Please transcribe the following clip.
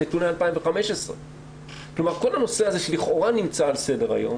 על נתוני 2015. כלומר כל הנושא הזה שלכאורה נמצא על סדר היום,